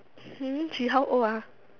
she how old